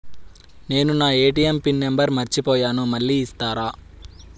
నేను నా A T M pin number మర్చిపోయాను మళ్ళీ ఇస్తారా?